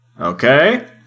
Okay